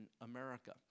America